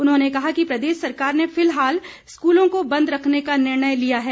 उन्होंने कहा कि प्रदेश सरकार ने फिलहाल स्कूलों को बंद रखने का निर्णय लिया है